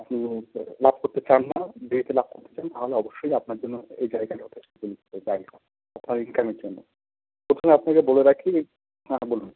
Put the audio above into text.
আপনি লাভ করতে চান না দেরিতে লাভ করতে চান তাহলে অবশ্যই আপনার জন্য এই জায়গাটা ইনকামের জন্য প্রথমে আপনাকে বলে রাখি হ্যাঁ বলুন